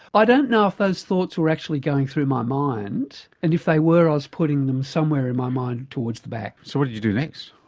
i don't know if those thoughts were actually going through my mind and if they were i was putting them somewhere in my mind towards the back. so what did you do next?